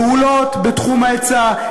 פעולות בתחום ההיצע,